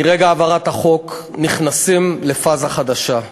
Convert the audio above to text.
מרגע העברת החוק נכנסים לפאזה חדשה,